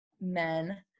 men